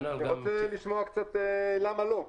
אני רוצה לשמוע קצת למה לא.